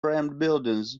buildings